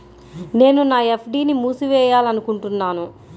నేను నా ఎఫ్.డీ ని మూసివేయాలనుకుంటున్నాను